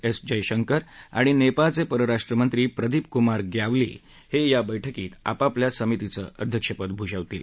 S Jaishankar आणि नप्राळच पिरराष्ट्रमंत्री प्रदीपकुमार ग्यावाली हव्या बैठकीत आपापल्या समितीचं अध्यक्षपद भूषवतील